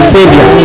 Savior